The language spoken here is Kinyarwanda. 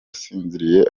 usinziriye